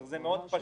פשוט,